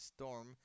storm